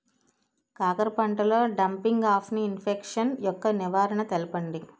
కాకర పంటలో డంపింగ్ఆఫ్ని ఇన్ఫెక్షన్ యెక్క నివారణలు తెలపండి?